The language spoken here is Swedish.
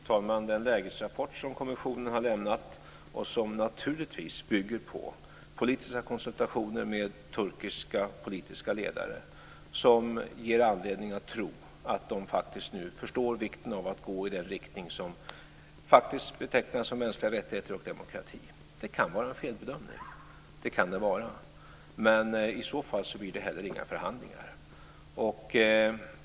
Fru talman! Den lägesrapport som kommissionen har lämnat, och som naturligtvis bygger på politiska konsultationer med turkiska politiska ledare, ger anledning att tro att de faktiskt nu förstår vikten av att gå i den riktning som betecknas som mänskliga rättigheter och demokrati. Det kan vara en felbedömning. Det kan det vara, men i så fall blir det inga förhandlingar.